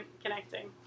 connecting